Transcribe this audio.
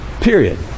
Period